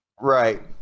right